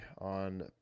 on